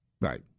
Right